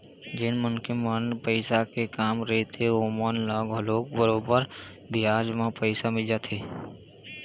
जेन मनखे मन ल पइसा के काम रहिथे ओमन ल घलोक बरोबर बियाज म पइसा मिल जाथे